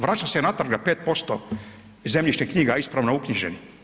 Vraća se natrag na 5% iz zemljišnih knjiga ispravno uknjiženi.